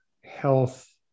health